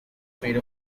made